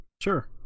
sure